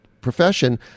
profession